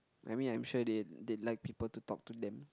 I mean I'm sure they they like people to talk to them